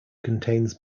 contains